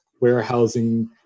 warehousing